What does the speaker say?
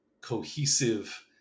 cohesive